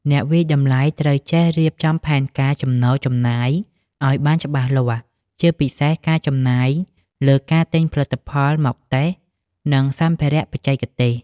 អ្នកវាយតម្លៃត្រូវចេះរៀបចំផែនការចំណូលចំណាយឱ្យបានច្បាស់លាស់ ជាពិសេសការចំណាយលើការទិញផលិតផលមកតេស្ត និងសម្ភារៈបច្ចេកទេស។